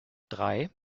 drei